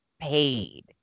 paid